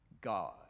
God